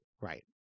right